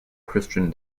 christian